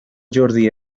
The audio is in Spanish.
jordi